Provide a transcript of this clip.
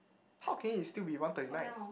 how can it it still be one thirty nine